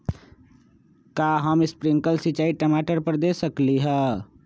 का हम स्प्रिंकल सिंचाई टमाटर पर दे सकली ह?